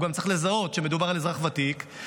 הוא גם צריך לזהות שמדובר באזרח ותיק,